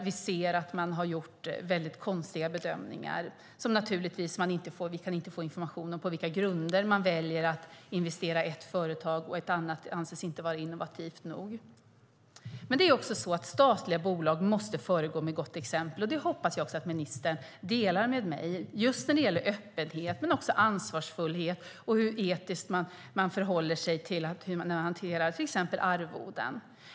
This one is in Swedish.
Vi ser att man har gjort mycket konstiga bedömningar. Vi kan inte få information om på vilka grunder man väljer att investera i ett företag medan ett annat inte anses innovativt nog. Statliga bolag måste föregå med gott exempel - jag hoppas att ministern delar denna åsikt - just när det gäller öppenhet men också när det gäller ansvar och hur etiskt man förhåller sig till hantering av till exempel arvoden.